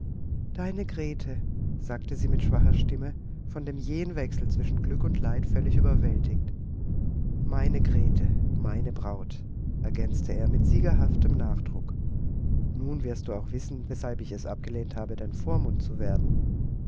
deine grete sagte sie mit schwacher stimme von dem jähen wechsel zwischen glück und leid völlig überwältigt meine grete meine braut ergänzte er mit siegerhaftem nachdruck nun wirst du auch wissen weshalb ich es abgelehnt habe dein vormund zu werden